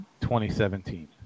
2017